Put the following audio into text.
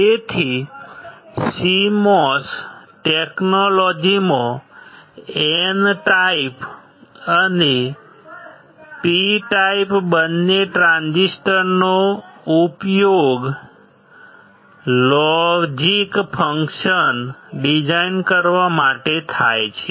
તેથી CMOS ટેકનોલોજીમાં N type અને P ટાઈપ બંને ટ્રાન્ઝિસ્ટરનો ઉપયોગ લોગીક ફંકશન્સ ડિઝાઇન કરવા માટે થાય છે